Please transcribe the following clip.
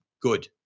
Good